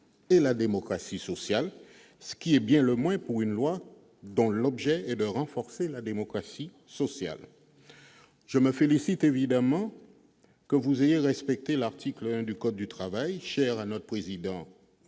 ratification -, et la démocratie sociale, ce qui est bien le moins pour un projet de loi dont l'objet est de renforcer la démocratie sociale. Je me félicite bien évidemment que vous ayez respecté l'article L. 1 du code du travail, cher au président